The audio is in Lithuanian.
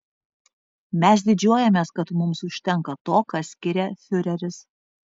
mes didžiuojamės kad mums užtenka to ką skiria fiureris